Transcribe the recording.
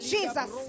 Jesus